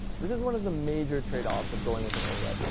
this is one of the major trade-offs of going with an oled,